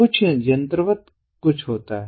कुछ यंत्रवत् कुछ होता है